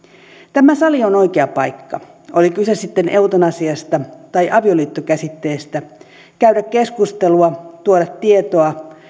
tämä sali on oikea paikka oli kyse sitten eutanasiasta tai avioliittokäsitteestä käydä keskustelua tuoda tietoa